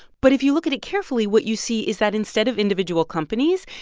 but if you look at it carefully, what you see is that instead of individual companies,